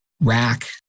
Rack